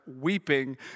weeping